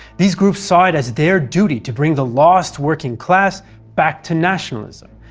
these groups saw it as their duty to bring the lost working-class back to nationalism,